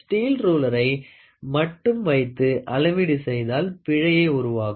steel ருளேரை மட்டும் வைத்து அளவீடு செய்தால் பிழையை உருவாக்கும்